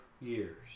years